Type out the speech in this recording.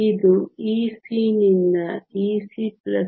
ಇದು Ec ನಿಂದ Ec